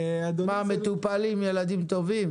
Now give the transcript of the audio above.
מה, מטופלים ילדים טובים?